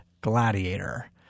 Gladiator